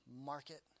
market